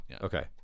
Okay